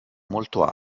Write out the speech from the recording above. molto